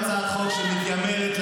עמית,